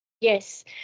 Yes